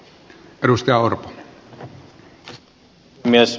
arvoisa puhemies